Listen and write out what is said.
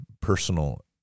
personal